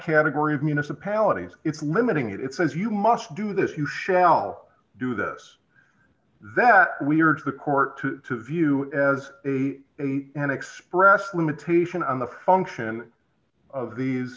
category of municipalities it's limiting it it says you must do this you shall do this that we are to the court to view as an expressed limitation on the function of these